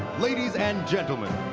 ladies and gentlemen,